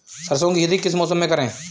सरसों की खेती किस मौसम में करें?